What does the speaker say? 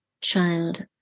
child